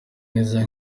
neza